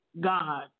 God